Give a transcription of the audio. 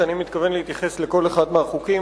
כי אני מתכוון להתייחס לכל אחד מהחוקים.